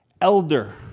elder